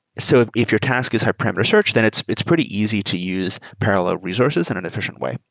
so if if your task is hyperparamter search, then it's it's pretty easy to use parallel resources in an efficient way.